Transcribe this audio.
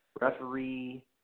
referee